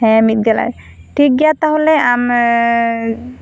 ᱦᱮᱸ ᱢᱤᱫ ᱜᱮᱞ ᱴᱷᱤᱠ ᱜᱤᱭᱟ ᱛᱟᱦᱚᱞᱮ ᱟᱢ